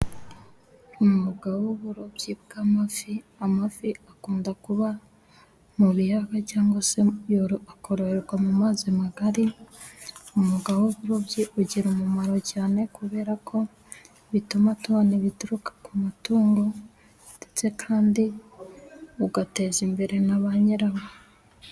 Umwuga w'uburobyi bw'amafi, amafi akunda kuba mu biyaga cyangwa se akororerwa mu mazi magari. Umwuga w'uburobyi ugira umumaro cyane kubera ko bituma tubona ibituruka ku matungo ndetse kandi ugateza imbere na ba nyirawo.